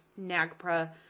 NAGPRA